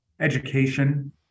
education